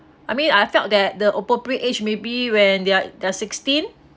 I mean I felt that the appropriate age maybe when they are they're sixteen